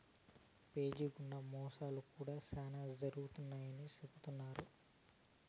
GPay గుండా మోసాలు కూడా శ్యానా జరుగుతాయని చెబుతున్నారు